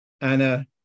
Anna